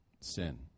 sin